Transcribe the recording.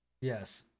Yes